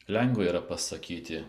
lengva yra pasakyti